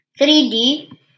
3D